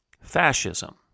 fascism